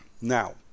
Now